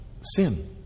sin